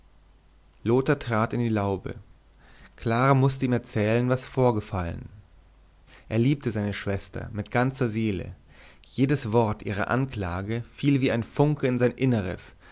lothar trat in die laube clara mußte ihm erzählen was vorgefallen er liebte seine schwester mit ganzer seele jedes wort ihrer anklage fiel wie ein funke in sein inneres